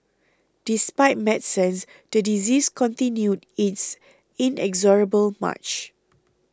despite medicines the disease continued its inexorable march